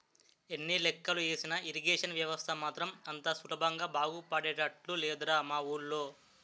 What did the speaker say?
ఎన్ని లెక్కలు ఏసినా ఇరిగేషన్ వ్యవస్థ మాత్రం అంత సులభంగా బాగుపడేటట్లు లేదురా మా వూళ్ళో